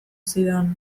zidan